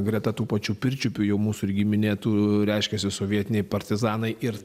greta tų pačių pirčiupių jau mūsų irgi minėtų reiškiasi sovietiniai partizanai ir